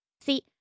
See